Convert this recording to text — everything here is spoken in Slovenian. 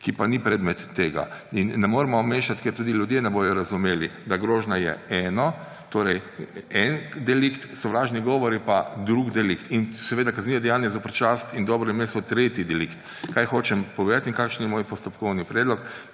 ki pa ni predmet tega. In ne moremo mešati, ker tudi ljudje ne bodo razumeli, da grožnja je eno, torej en delikt, sovražni govor je pa drug delikt in kazniva dejanja zoper čast in dobro ime so tretji delikt. Kaj hočem povedati in kakšen je moj postopkovni predlog?